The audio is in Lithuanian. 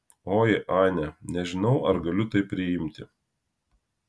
oi ane nežinau ar galiu tai priimti